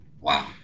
Wow